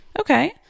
okay